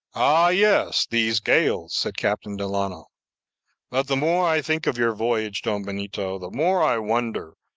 ah yes, these gales, said captain delano but the more i think of your voyage, don benito, the more i wonder,